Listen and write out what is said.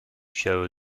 show